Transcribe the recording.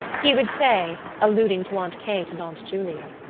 he would say, alluding to aunt kate and aunt julia